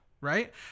Right